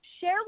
share